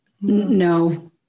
no